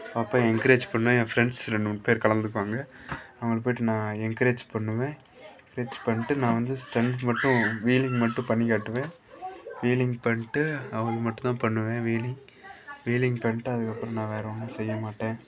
பார்ப்பேன் என்கரேஜ் பண்ண என் ஃப்ரெண்ட்ஸ் ரெண்டு மூணு பேர் கலந்துக்குவாங்க அவங்களை போய்ட்டு நான் என்கரேஜ் பண்ணுவேன் என்கரேஜ் பண்ணிட்டு நான் வந்து ஸ்டண்ட் மட்டும் வீலிங் மட்டும் பண்ணிக் காட்டுவேன் வீலிங் பண்ணிட்டு அது மட்டும் தான் பண்ணுவேன் வீலிங் வீலிங் பண்ணிட்டு அதுக்கப்புறம் நான் வேறு ஒன்றும் செய்ய மாட்டேன்